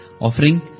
offering